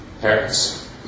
parents